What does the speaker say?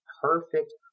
perfect